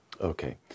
Okay